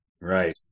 Right